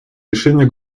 решению